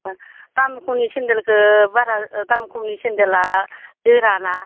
दाम खमनि सेन्देलखौ बारा ओह दाम खमनि सेन्देला जोरा ना